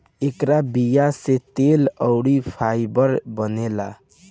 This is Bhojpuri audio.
एकरा बीया से तेल अउरी फाइबर बनेला